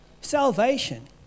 Salvation